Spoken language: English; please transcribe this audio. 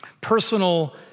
personal